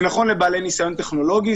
זה נכון לבעלי ניסיון טכנולוגי,